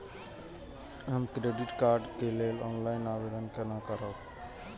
हम credit card के लेल ऑनलाइन आवेदन केना करब?